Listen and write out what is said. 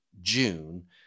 June